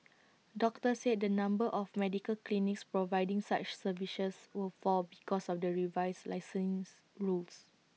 doctors said the number of medical clinics providing such services would fall because of the revised licensing rules